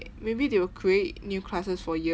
maybe they will create new classes for year